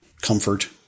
comfort